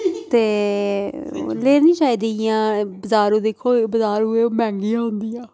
ते लैनी चाहिदी इ'यां बजारु दिक्खो बजारु मैंह्गियां होन्दिया